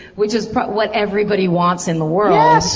which is what everybody wants in the world.